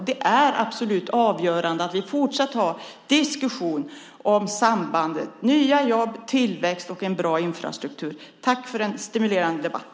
Det är absolut avgörande att vi fortsatt har diskussioner om sambandet mellan nya jobb, tillväxt och en bra infrastruktur. Tack för en stimulerande debatt.